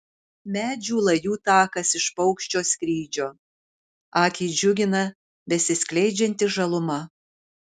medžių lajų takas iš paukščio skrydžio akį džiugina besiskleidžianti žaluma